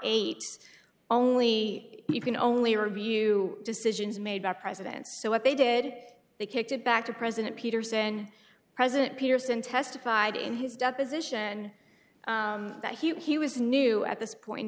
eight only you can only review decisions made by presidents so what they did they kicked it back to president peters and president peterson testified in his deposition that he was new at this point in